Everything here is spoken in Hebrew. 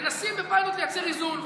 מנסים בפיילוט לייצר איזון,